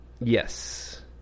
Yes